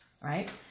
right